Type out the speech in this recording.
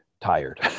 tired